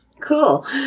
Cool